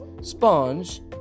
sponge